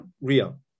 real